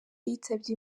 yitabye